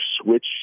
switch